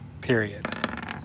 Period